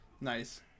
Nice